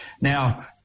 Now